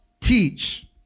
teach